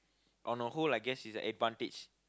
on a whole I guess it's a advantage